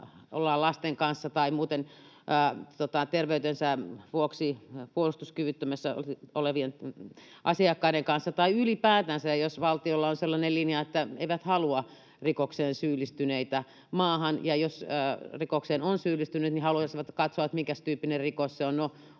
ollaan lasten kanssa tai muuten terveytensä vuoksi puolustuskyvyttömänä olevien asiakkaiden kanssa. Tai ylipäätänsä jos valtiolla on sellainen linja, että eivät halua rikokseen syyllistyneitä maahan, ja jos rikokseen on syyllistynyt, niin haluaisivat katsoa, että minkäs tyyppinen rikos se on